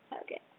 Okay